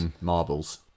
marbles